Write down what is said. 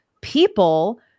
people